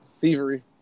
thievery